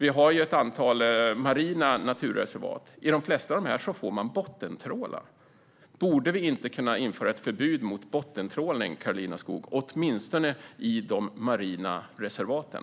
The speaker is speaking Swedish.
Vi har ju ett antal marina naturreservat, och i de flesta av dem får man bottentråla. Borde vi inte kunna införa ett förbud mot bottentrålning, Karolina Skog, åtminstone i de marina reservaten?